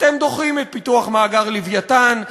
אתם דוחים את פיתוח מאגר "לווייתן",